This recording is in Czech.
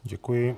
Děkuji.